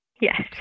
yes